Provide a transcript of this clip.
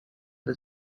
the